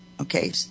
Okay